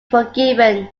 forgiven